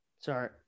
sorry